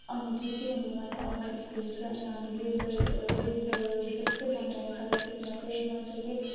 अनि छुट्टी हुनुभन्दा अगाडिखेरि चाहिँ अनि हामी लेटर लेटर जस्तै बनाएर तर त्यसमा चाहिँ मज्जाले